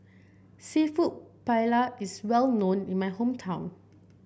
seafood Paella is well known in my hometown